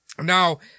now